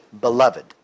beloved